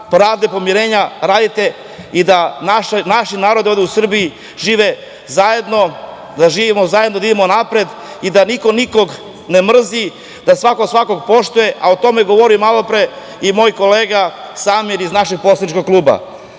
pravde i pomirenja radite i da naši narodi ovde u Srbiji žive zajedno, da živimo zajedno, da idemo napred i da niko nikog ne mrzi, da svako svakog poštuje, a o tome je govorio malopre i moj kolega Samir iz našeg poslaničkog kluba. Mi